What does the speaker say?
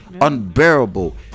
unbearable